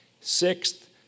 Sixth